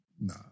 Nah